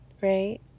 right